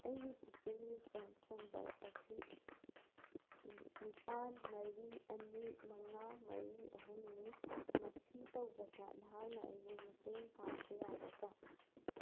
ꯑꯩꯒꯤ booking reference number ꯑꯁꯤ ꯅꯤꯄꯥꯜ ꯃꯔꯤ ꯑꯅꯤ ꯃꯉꯥ ꯃꯔꯤ ꯑꯍꯨꯝꯅꯤ ꯃꯁꯤ ꯇꯧꯕꯗ ꯅꯍꯥꯛꯅ ꯑꯩꯕꯨ ꯃꯇꯦꯡ ꯄꯥꯡꯕ ꯌꯥꯒꯗ꯭ꯔꯥ